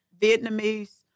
vietnamese